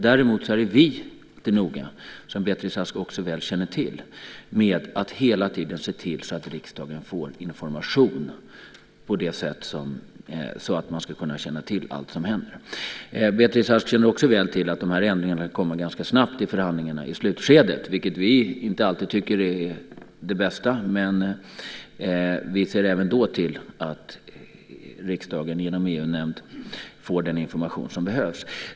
Däremot är vi, som Beatrice Ask också väl känner till, mycket noga med att hela tiden se till att riksdagen får information på sådant sätt att man ska kunna känna till allt som händer. Beatrice Ask känner också väl till att de här ändringarna kommer ganska snabbt i förhandlingarnas slutskede, vilket vi inte alltid tycker är det bästa, men vi ser även då till att riksdagen genom EU-nämnden får den information som behövs.